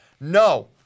No